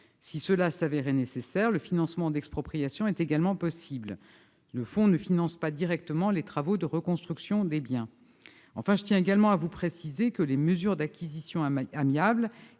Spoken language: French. Si cela se révélait nécessaire, le financement d'expropriations est également possible- le fonds ne finance pas directement les travaux de reconstruction des biens. Je tiens également à vous préciser que les mesures d'acquisition amiable